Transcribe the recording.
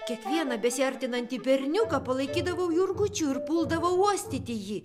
kiekvieną besiartinantį berniuką palaikydavau jurgučiu ir puldavau uostyti jį